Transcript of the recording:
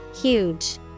Huge